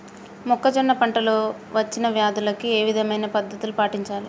మొక్కజొన్న పంట లో వచ్చిన వ్యాధులకి ఏ విధమైన పద్ధతులు పాటించాలి?